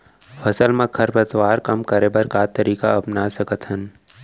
फसल मा खरपतवार कम करे बर का तरीका अपना सकत हन?